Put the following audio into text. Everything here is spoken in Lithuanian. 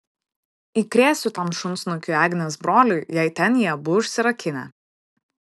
įkrėsiu tam šunsnukiui agnės broliui jei ten jie abu užsirakinę